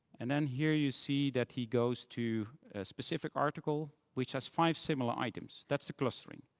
and then here, you see that he goes to a specific article which has five similar items. that's the clustering.